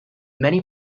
many